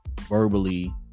verbally